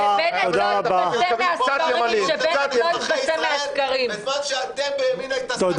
------ בזמן --- בימינה --- תרגילים